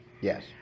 Yes